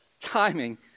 Timing